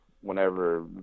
whenever